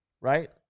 Right